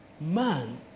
Man